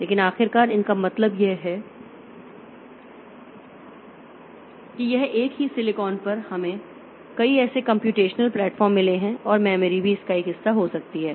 लेकिन आखिरकार उनका मतलब यह है कि एक ही सिलिकॉन पर हमें कई ऐसे कम्प्यूटेशनल प्लेटफॉर्म मिले हैं और मेमोरी भी इसका एक हिस्सा हो सकती है